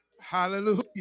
Hallelujah